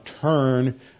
turn